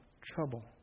trouble